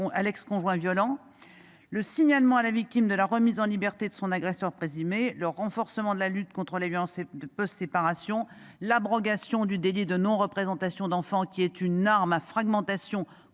à l'ex-conjoint violent. Le signalement à la victime de la remise en liberté de son agresseur présumé, le renforcement de la lutte contre les violences et de peu séparation l'abrogation du délit de non-. Représentation d'enfant qui est une arme à fragmentation